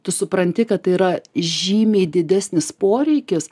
tu supranti kad tai yra žymiai didesnis poreikis